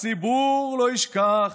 הציבור לא ישכח